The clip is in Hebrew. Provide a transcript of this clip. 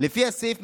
לפי הסעיף,